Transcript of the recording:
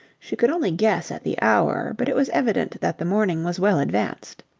she could only guess at the hour, but it was evident that the morning was well advanced.